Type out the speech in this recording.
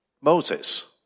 Moses